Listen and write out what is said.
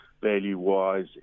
value-wise